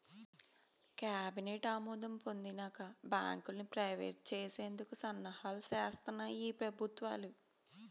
cabinet ఆమోదం పొందినంక బాంకుల్ని ప్రైవేట్ చేసేందుకు సన్నాహాలు సేస్తాన్నాయి ఈ పెబుత్వాలు